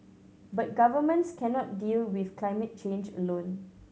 but governments cannot deal with climate change alone